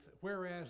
whereas